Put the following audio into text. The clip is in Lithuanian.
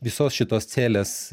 visos šitos celės